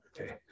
Okay